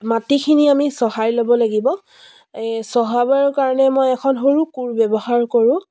মাটিখিনি আমি চহাই ল'ব লাগিব এই চহাবৰ কাৰণে মই এখন সৰু কোৰ ব্যৱহাৰ কৰোঁ